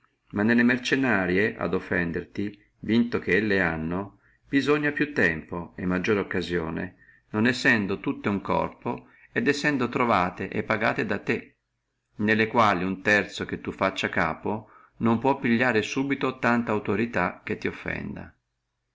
ma nelle mercennarie ad offenderti vinto che le hanno bisogna più tempo e maggiore occasione non sendo tutto uno corpo et essendo trovate e pagate da te nelle quali uno terzo che tu facci capo non può pigliare subito tanta autorità che ti offenda